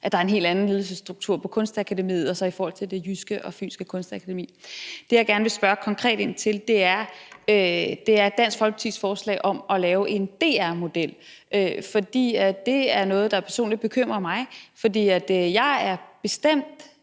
at der er en helt anden ledelsesstruktur på Kunstakademiet end på det jyske og fynske kunstakademi. Det, jeg gerne vil spørge konkret ind til, er Dansk Folkepartis forslag om at lave en DR-model, for det er noget, der personligt bekymrer mig. Jeg er bestemt